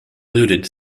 looted